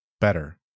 better